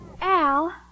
Al